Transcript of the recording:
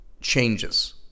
changes